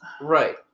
Right